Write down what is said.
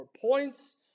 points